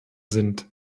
sind